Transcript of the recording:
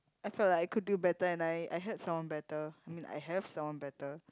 I felt like I could do better and I I had someone better I mean I have someone better